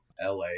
LA